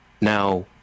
Now